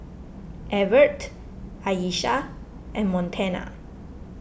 Evertt Ayesha and Montana